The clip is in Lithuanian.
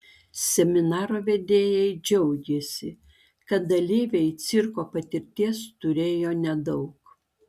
seminaro vedėjai džiaugėsi kad dalyviai cirko patirties turėjo nedaug